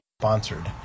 sponsored